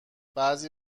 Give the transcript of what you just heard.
بعضی